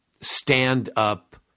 stand-up